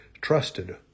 trusted